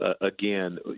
Again